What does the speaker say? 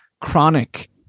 chronic